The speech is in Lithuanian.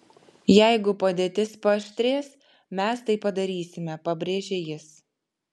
jeigu padėtis paaštrės mes tai padarysime pabrėžė jis